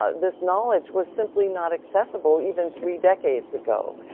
ah this knowledge was simply not accessible even three decades ago.